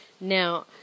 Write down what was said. Now